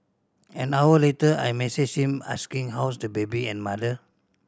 an hour later I messaged him asking how's the baby and mother